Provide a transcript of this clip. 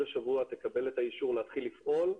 השבוע תקבל את האישור להתחיל לפעול,